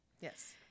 Yes